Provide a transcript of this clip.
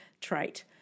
trait